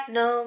no